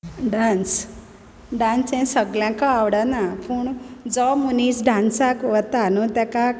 dance dance हे सगल्यांक आवडना पूण जो मोनीस डान्साक वता न्हू तेका